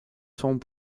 seront